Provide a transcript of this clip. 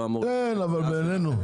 כן, אבל בינינו,